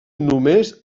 només